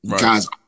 guy's